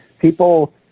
People